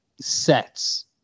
sets